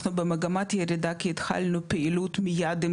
אנחנו במגמת ירידה כי התחלנו פעילות מיד עם